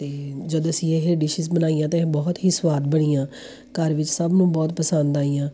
ਅਤੇ ਜਦ ਅਸੀਂ ਇਹ ਡਿਸ਼ਿਜ਼ ਬਣਾਈਆਂ ਅਤੇ ਬਹੁਤ ਹੀ ਸਵਾਦ ਬਣੀਆਂ ਘਰ ਵਿਚ ਸਭ ਨੂੰ ਬਹੁਤ ਪਸੰਦ ਆਈਆਂ